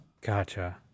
Gotcha